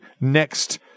next